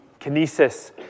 Kinesis